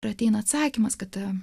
ateina atsakymas kad